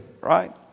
right